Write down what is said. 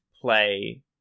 play